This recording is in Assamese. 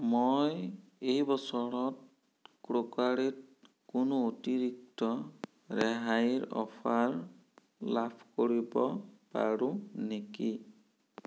মই এই বছৰত ক্ৰকাৰীত কোনো অতিৰিক্ত ৰেহাইৰ অফাৰ লাভ কৰিব পাৰোঁ নেকি